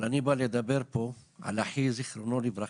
אבל אני בא לדבר פה על אחי זכרונו לברכה.